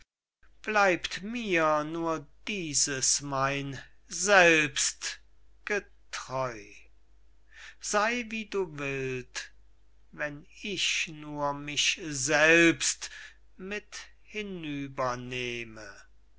bleibt mir nur dieses mein selbst getreu sey wie du willst wenn ich nur mich selbst mit